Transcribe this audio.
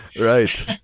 right